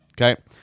Okay